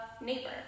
neighbor